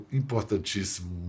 importantíssimo